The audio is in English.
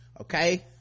okay